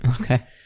Okay